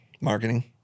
Marketing